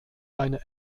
eine